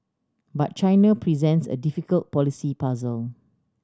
but China presents a difficult policy puzzle